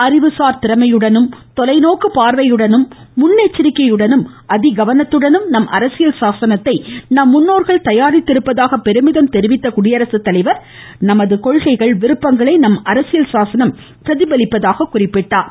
அறிவுசார் திறமையுடனும் தொலைநோக்கு பார்வையுடனும் முன்னெச்சரிக்கையுடனும் அதிகவனத்துடனும் நம் அரசியல் சாசனத்தை நம் முன்னோர்கள் தயாரித்திருப்பதாக பெருமிதம் தெரிவித்த அவர் நமது கொள்கைகள் விருப்பங்களை நம் அரசியல் சாசனம் பிரதிபலிப்பதாகவும் குறிப்பிட்டார்